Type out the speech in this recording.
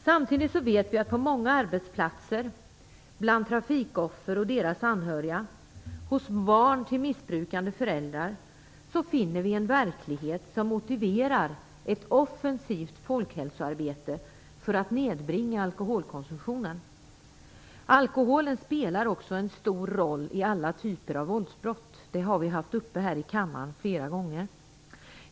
Samtidigt vet vi att på många arbetsplatser, bland trafikoffer och deras anhöriga och hos barn till missbrukande föräldrar finner vi en verklighet som motiverar ett offensivt folkhälsoarbete för att nedbringa alkoholkonsumtionen. Alkoholen spelar också en stor roll i alla typer av våldsbrott. Det har vi haft uppe här i kammaren flera gånger.